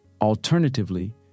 Alternatively